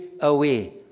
away